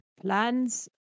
plans